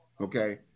okay